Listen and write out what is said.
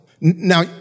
Now